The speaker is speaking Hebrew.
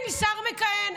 אני שר מכהן.